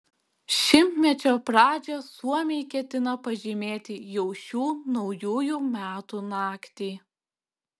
šimtmečio pradžią suomiai ketina pažymėti jau šių naujųjų metų naktį